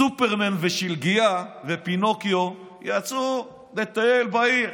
סופרמן, שלגייה ופינוקיו יצאו לטייל בעיר.